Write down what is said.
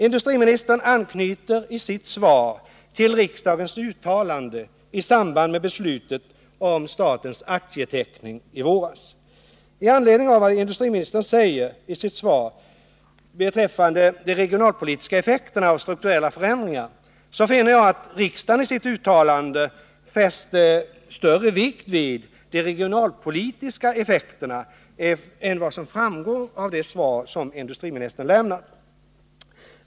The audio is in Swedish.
Industriministern anknyter i sitt svar till riksdagens uttalande i samband med beslutet om statens aktieteckning i våras. I anledning av vad industriministern säger i sitt svar beträffande de regionalpolitiska effekterna av strukturella förändringar så finner jag att riksdagen i sitt uttalande fäster betydligt större vikt vid de regionalpolitiska effekterna än vad som framgår av det svar industriministern har lämnat.